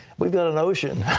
we've got an ocean.